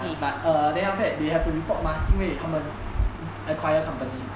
but err then after that they have to report mah 因为他们 acquire company